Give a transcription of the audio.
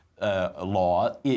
Law